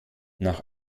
nach